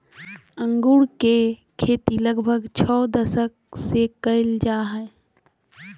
अंगूर के खेती लगभग छो दशक से कइल जा हइ